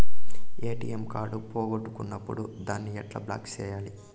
ATM card పోగొట్టుకున్నప్పుడు దాన్ని ఎట్లా బ్లాక్ సేయాలి